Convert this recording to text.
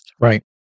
right